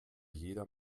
jeder